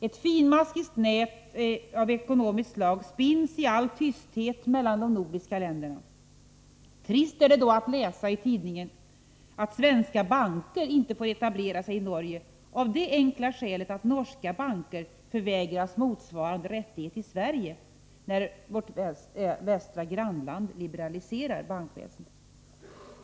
Ett finmaskigt ekonomiskt nät spinns i all tysthet mellan de nordiska länderna. Trist är det då att läsa i tidningen, att svenska banker inte får etablera sig i Norge av det enkla skälet att norska banker förvägras motsvarande rättighet i Sverige när vårt västra grannland liberaliserar bankväsendet.